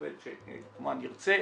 עובד שכמובן ירצה.